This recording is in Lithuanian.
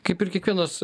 kaip ir kiekvienas